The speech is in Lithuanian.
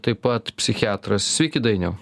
taip pat psichiatras sveiki dainiau